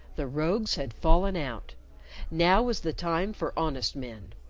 the rogues had fallen out now was the time for honest men.